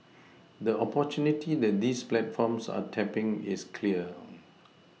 the opportunity that these platforms are tapPing is clear